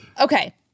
Okay